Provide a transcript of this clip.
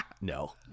no